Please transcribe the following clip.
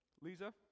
Lisa